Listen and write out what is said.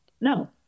No